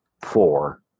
four